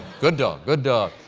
good dog, good dog.